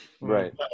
Right